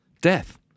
death